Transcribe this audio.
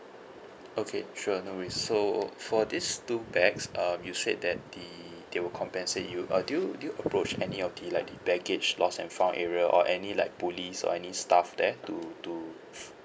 okay sure no worries so for these two bags um you said that the they will compensate you uh do you do you approach any of the like the baggage lost and found area or any like police or any staff there to to